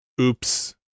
Oops